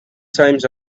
times